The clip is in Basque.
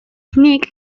nik